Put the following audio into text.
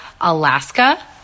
Alaska